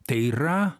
tai yra